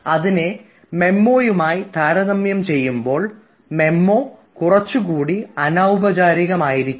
അതിനെ മെമ്മോയുമായി താരതമ്യം ചെയ്യുമ്പോൾ മെമ്മോ കുറച്ചുകൂടി അനൌപചാരികമായിരിക്കും